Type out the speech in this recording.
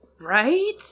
Right